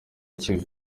kivu